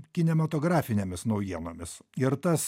kinematografinėmis naujienomis ir tas